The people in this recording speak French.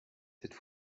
cette